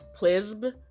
Plisb